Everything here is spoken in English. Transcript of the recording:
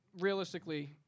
realistically